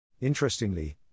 Interestingly